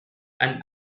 and